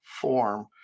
form